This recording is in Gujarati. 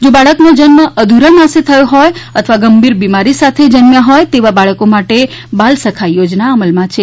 જો બાળકનો જન્મ અધૂરા માસે થયેલ હોય અથવા ગંભીર બિમારી સાથે જન્મેલ હોય તેવા બાળકો માટે બાલસખા યોજના અમલમાં છે